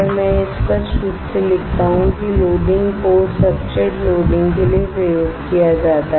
मैं यह स्पष्ट रूप से लिखता हूं की लोडिंग पोर्ट सब्सट्रेट लोडिंग के लिए प्रयोग किया जाता है